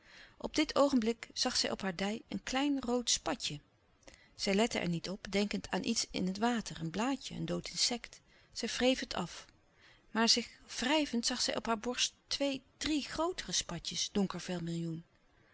couperus de stille kracht zij op haar dij een klein rood spatje zij lette er niet op denkend aan iets in het water een blaadje een dood insect zij wreef het af maar zich wrijvend zag zij op haar borst twee drie grootere spatjes donker